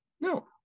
No